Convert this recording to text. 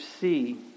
see